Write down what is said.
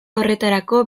horretarako